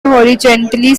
horizontally